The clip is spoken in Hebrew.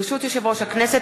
ברשות יושב-ראש הכנסת,